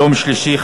יום שלישי,